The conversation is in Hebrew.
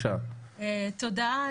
תודה.